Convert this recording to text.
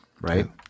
right